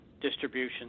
distribution